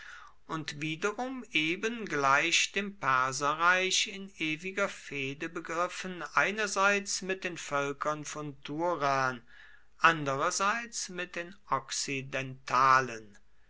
und wiederum eben gleich dem perserreich in ewiger fehde begriffen einerseits mit den völkern von turan andererseits mit den